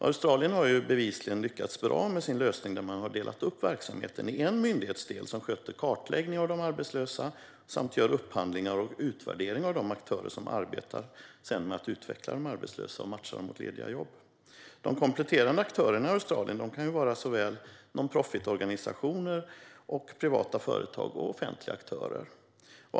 Australien har bevisligen lyckats bra med sin lösning där man har delat upp verksamheten. En myndighetsdel sköter kartläggning av de arbetslösa samt upphandling och utvärdering av de aktörer som arbetar med att utveckla de arbetslösa och matcha dem mot lediga jobb. De kompletterande aktörerna kan vara såväl non-profit-organisationer som privata företag och offentliga aktörer.